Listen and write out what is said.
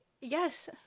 Yes